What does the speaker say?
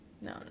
No